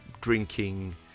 drinking